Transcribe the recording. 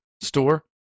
store